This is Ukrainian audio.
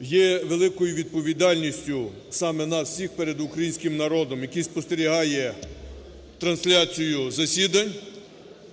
є великою відповідальністю саме нас всіх перед українським народом, який спостерігає трансляцію засідань.